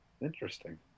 Interesting